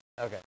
Okay